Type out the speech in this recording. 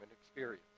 experience